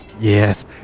Yes